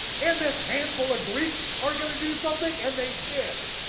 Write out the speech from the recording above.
and this handful of greeks are gonna do something and they did,